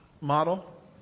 model